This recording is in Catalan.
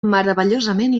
meravellosament